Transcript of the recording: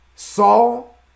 Saul